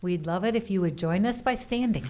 we'd love it if you would join us by standing